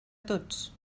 tots